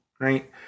right